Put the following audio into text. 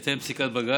בהתאם לפסיקת בג"ץ,